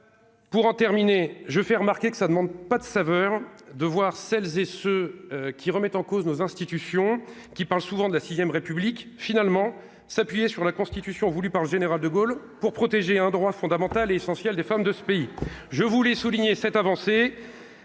Pour en terminer, je fais remarquer que ça demande pas de saveur de voir celles et ceux qui remettent en cause nos institutions qui parle souvent de la VIe République, finalement, s'appuyer sur la Constitution voulue par le général de Gaulle pour protéger un droit fondamental, essentiel des femmes de ce pays, je voulais souligner cette avancée